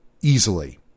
easily